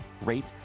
rate